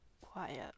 quiet